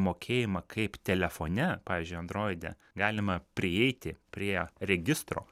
mokėjimą kaip telefone pavyzdžiui androide galima prieiti prie registro